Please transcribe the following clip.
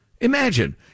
Imagine